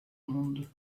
monde